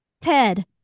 Ted